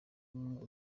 umwe